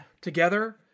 together